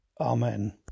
Amen